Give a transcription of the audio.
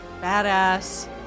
badass